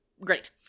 Great